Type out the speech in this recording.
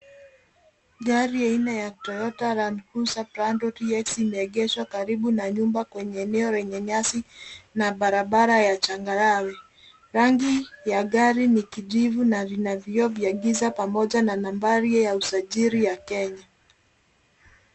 Gari aina ya Toyota Landcruiser Prado TX limeegeshwa karibu na nyumba kwenye eneo lenye nyasi na barabara ya changarawe. Rangi ya gari ni kijivu na lina vioo vya giza pamoja na nambari ya usajili ya Kenya.